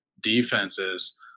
defenses